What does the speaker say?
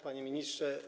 Panie Ministrze!